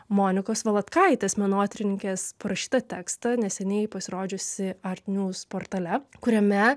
monikos valatkaitės menotyrininkės parašytą tekstą neseniai pasirodžiusį art njūz portale kuriame